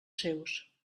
seus